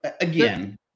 again